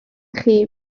chi